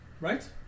Right